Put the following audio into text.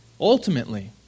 ultimately